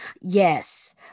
Yes